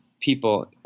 people